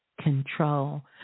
control